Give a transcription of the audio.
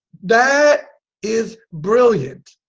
that is brilliant!